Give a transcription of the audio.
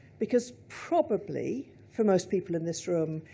because, probably, for most people in this room,